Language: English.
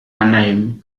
anaheim